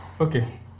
Okay